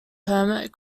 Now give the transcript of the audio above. hermit